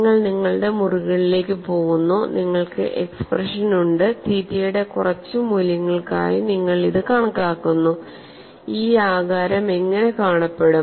നിങ്ങൾ നിങ്ങളുടെ മുറികളിലേക്ക് പോകുന്നു നിങ്ങൾക്ക് എക്സ്പ്രഷൻ ഉണ്ട് തീറ്റയുടെ കുറച്ച് മൂല്യങ്ങൾക്കായി നിങ്ങൾ ഇത് കണക്കാക്കുന്നു ഈ ആകാരം എങ്ങനെ കാണപ്പെടും